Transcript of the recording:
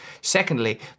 Secondly